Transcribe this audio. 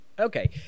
Okay